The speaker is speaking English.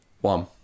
One